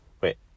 wait